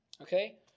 Okay